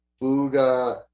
Buddha